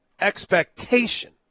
expectation